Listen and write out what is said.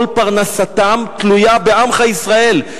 כל פרנסתם תלויה בעמך ישראל.